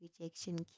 rejection